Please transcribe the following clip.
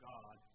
God